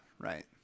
right